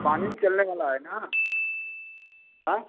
पानी में चलने वाला है ना हाँ